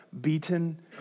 beaten